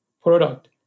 product